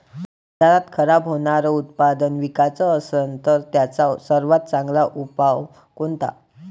बाजारात खराब होनारं उत्पादन विकाच असन तर त्याचा सर्वात चांगला उपाव कोनता?